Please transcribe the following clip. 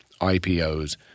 IPOs